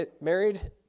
married